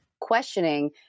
questioning